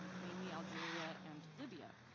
mainly algeria and libya.